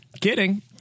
Kidding